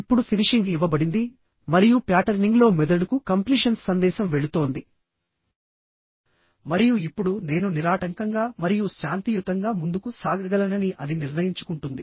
ఇప్పుడు ఫినిషింగ్ ఇవ్వబడింది మరియు ప్యాటర్నింగ్లో మెదడుకు కంప్లీషన్ సందేశం వెళుతోంది మరియు ఇప్పుడు నేను నిరాటంకంగా మరియు శాంతియుతంగా ముందుకు సాగగలనని అది నిర్ణయించుకుంటుంది